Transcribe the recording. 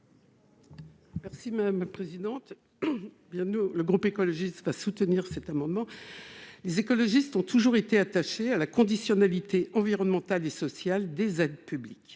Merci madame la présidente, nous le groupe écologiste va soutenir cet amendement, les écologistes ont toujours été attachés à la conditionnalité environnementale et sociale des aides publiques,